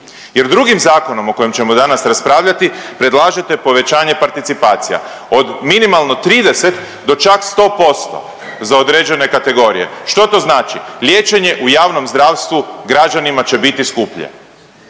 jer drugim zakonom o kojem ćemo danas raspravljati predlažete povećanje participacija od minimalno 30 do čak 100% za određene kategorije. Što to znači? Liječenje u javnom zdravstvu građanima će biti skuplje,